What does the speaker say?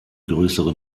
größere